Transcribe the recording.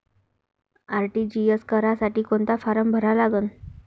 RTGS करासाठी कोंता form भरा लागन?